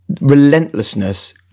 relentlessness